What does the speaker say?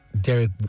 Derek